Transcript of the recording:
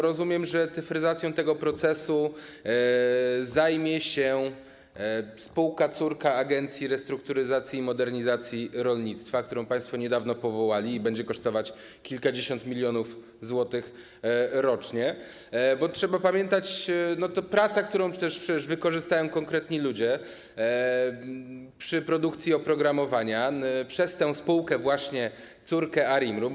Rozumiem, że cyfryzacją tego procesu zajmie się spółka córka Agencji Restrukturyzacji i Modernizacji Rolnictwa, którą państwo niedawno powołali, i to będzie kosztować kilkadziesiąt milionów złotych rocznie, bo trzeba pamiętać, że to praca, którą przecież wykonają konkretni ludzie przy produkcji oprogramowania przez tę właśnie spółkę córkę ARiMR-u.